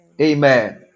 amen